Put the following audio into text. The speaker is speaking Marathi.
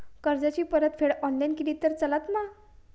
कर्जाची परतफेड ऑनलाइन केली तरी चलता मा?